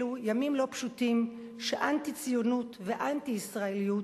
אלו ימים לא פשוטים, שאנטי-ציונות ואנטי-ישראליות